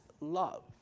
love